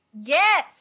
Yes